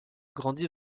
grandit